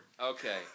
Okay